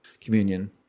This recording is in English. communion